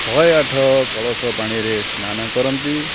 ଶହେ ଆଠ କଳସ ପାଣିରେ ସ୍ନାନ କରନ୍ତି